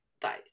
bye